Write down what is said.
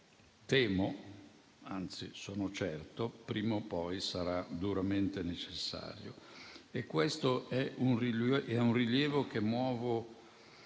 temo, anzi sono certo, prima o poi sarà duramente necessario. Questo è un rilievo che muovo